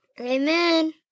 Amen